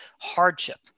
hardship